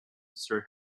sir